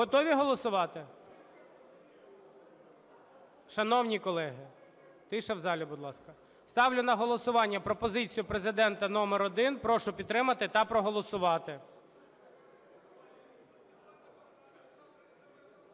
Готові голосувати? Шановні колеги, тиша в залі, будь ласка. Ставлю на голосування пропозицію Президента номер один. Прошу підтримати та проголосувати.